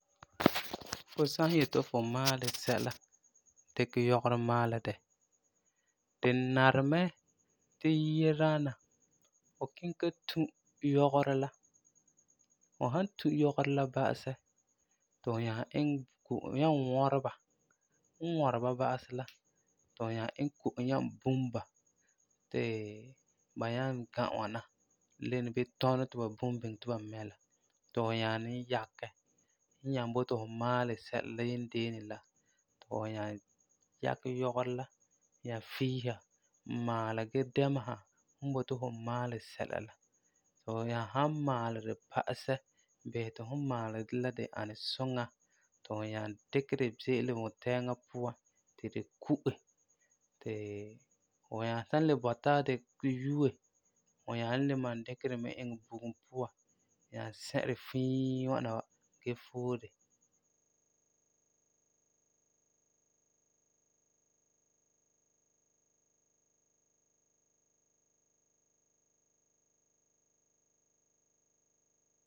Fu san yeti fu maalɛ sɛla, dikɛ yɔgerɔ maalɛ di, di nari mɛ ti yia daana fu kiŋɛ ta tu yɔgerɔ la, fu san tu yɔgerɔ la ba'asɛ ti fu nyaa iŋɛ ko'om, ŋwɔrɛ ba. Fum ŋwɔrɛ ba ba'asɛ la ti fu nyaa iŋɛ ko'om la nyaa bum ba ti ba nyaa ga ŋwana leni bii tɔnɔ ti ba bum biŋe ti ba mɛ la, ti fu nyaa yakɛ yɔgerɔ la, nyaa fiisa, maala gee dɛmesera fum boti fu maalɛ sɛla la, ti fu nyaa san maalɛ di ba'asɛ, bisɛ ti fum maalɛ di la di ani suŋa ti fu nyaa dikɛ di ze'ele wuntɛɛŋa puan ti di ku'e, ti fu nyaa san le bɔta di yue ti fu nyaa ni le malum dikɛ di me iŋɛ bugum puan, nyaa sɛ di fii ŋwana wa, gee foe di.